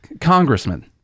Congressman